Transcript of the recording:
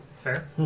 Fair